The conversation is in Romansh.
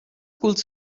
culs